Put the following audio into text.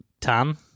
Tom